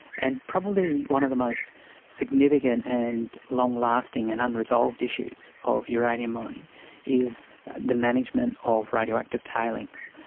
and probably one of the most significant and long-lasting and unresolved issues of uranium mining is the management of radioactive tailings,